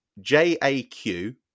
J-A-Q